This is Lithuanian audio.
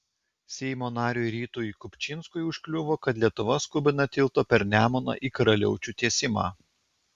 seimo nariui rytui kupčinskui užkliuvo kad lietuva skubina tilto per nemuną į karaliaučių tiesimą